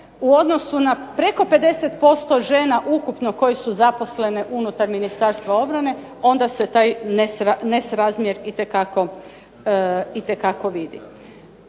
u odnosu na preko 50% žena ukupno koje su zaposlene unutar Ministarstva obrane onda se taj nesrazmjer itekako vidi.